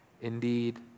Indeed